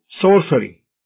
sorcery